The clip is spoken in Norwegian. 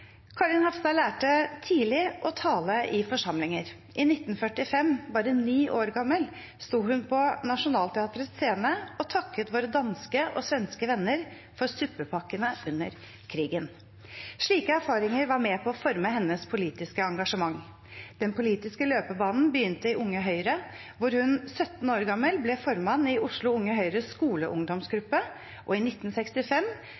Karin Hafstad lærte tidlig å tale i forsamlinger. I 1945, bare ni år gammel, sto hun på Nationaltheatrets scene og takket våre danske og svenske venner for suppepakkene under krigen. Slike erfaringer var med på å forme hennes politiske engasjement. Den politiske løpebanen begynte i Unge Høyre, hvor hun 17 år gammel ble formann i Oslo Unge Høyres